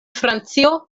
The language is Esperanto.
francio